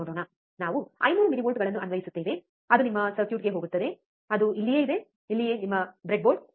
ಈಗ ನೋಡೋಣ ನಾವು 500 ಮಿಲಿವೋಲ್ಟ್ಗಳನ್ನು ಅನ್ವಯಿಸುತ್ತೇವೆ ಅದು ನಿಮ್ಮ ಸರ್ಕ್ಯೂಟ್ಗೆ ಹೋಗುತ್ತದೆ ಅದು ಇಲ್ಲಿಯೇ ಇದೆ ಇಲ್ಲಿಯೇ ನಿಮ್ಮ ಬ್ರೆಡ್ಬೋರ್ಡ್